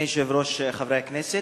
אדוני היושב-ראש, חברי הכנסת,